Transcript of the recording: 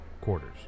quarters